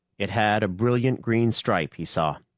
it had a brilliant green stripe, he saw.